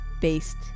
based